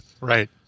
right